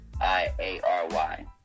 I-A-R-Y